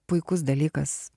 puikus dalykas